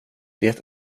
det